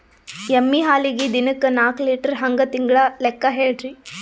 ಎಮ್ಮಿ ಹಾಲಿಗಿ ದಿನಕ್ಕ ನಾಕ ಲೀಟರ್ ಹಂಗ ತಿಂಗಳ ಲೆಕ್ಕ ಹೇಳ್ರಿ?